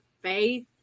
faith